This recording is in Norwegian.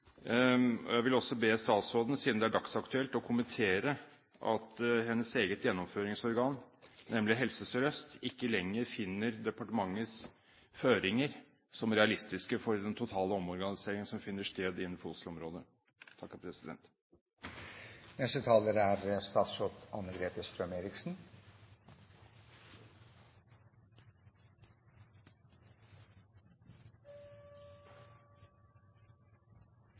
Jeg vil også be statsråden – siden det er dagsaktuelt – å kommentere at hennes eget gjennomføringsorgan, nemlig Helse Sør-Øst, ikke lenger finner departementets føringer realistiske for den totale omorganiseringen som finner sted innenfor